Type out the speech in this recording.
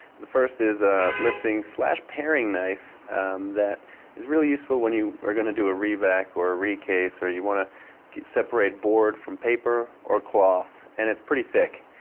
the first is ah lifting paring knife that is really useful when you are going to do a reback or a recase or you want to separate board from paper or cloth and it's pretty thick.